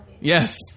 Yes